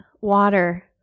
water